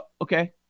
Okay